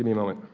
moment.